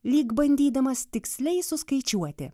lyg bandydamas tiksliai suskaičiuoti